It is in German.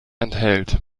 enthält